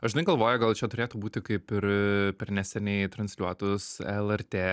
žinai galvoju gal čia turėtų būti kaip ir per neseniai transliuotus lrt